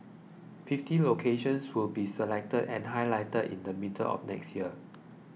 fifty locations will be chosen and highlighted in the middle of next year